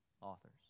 authors